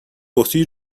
بطری